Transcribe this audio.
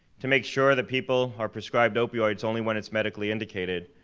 to make sure that people are prescribed opioids only when it's medically indicated,